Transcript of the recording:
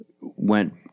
went